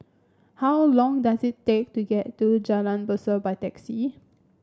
how long does it take to get to Jalan Besut by taxi